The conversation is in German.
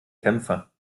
kämpfer